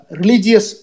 religious